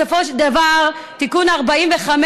בסופו של דבר תיקון 45,